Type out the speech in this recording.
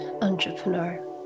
entrepreneur